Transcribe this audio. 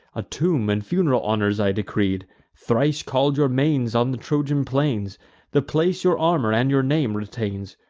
a tomb and fun'ral honors i decreed thrice call'd your manes on the trojan plains the place your armor and your name retains.